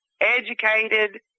educated